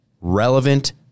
Relevant